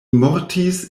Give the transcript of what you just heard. mortis